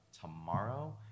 tomorrow